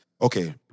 Okay